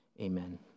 Amen